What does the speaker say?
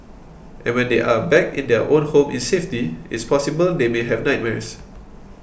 and when they are back in their own home in safety it's possible they may have nightmares